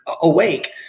awake